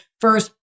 first